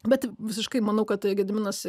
bet visiškai manau kad gediminas